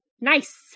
Nice